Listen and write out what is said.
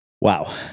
Wow